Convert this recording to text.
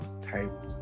type